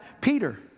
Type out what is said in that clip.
Peter